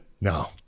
No